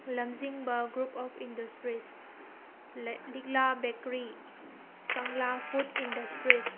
ꯂꯝꯖꯤꯡꯕ group of industries ꯂꯤꯛꯂꯥ bakery ꯀꯪꯂꯥ ꯐꯨꯠ ꯏꯟꯗꯁꯇ꯭ꯔꯤꯁ